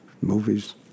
movies